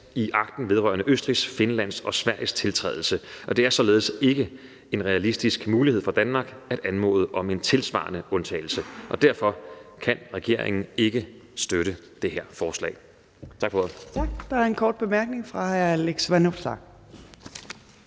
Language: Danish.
i akten vedrørende Østrigs, Finlands og Sveriges tiltrædelse, og det er således ikke en realistisk mulighed for Danmark at anmode om en tilsvarende undtagelse. Derfor kan regeringen ikke støtte det her forslag. Tak for ordet. Kl. 15:12 Fjerde næstformand